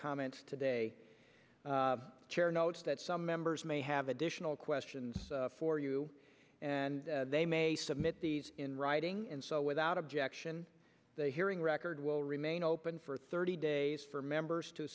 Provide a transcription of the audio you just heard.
comments today chair notes that some members may have additional questions for you and they may submit these in writing and so without objection hearing record will remain open for thirty days for members to